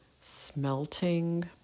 smelting